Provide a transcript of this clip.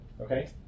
okay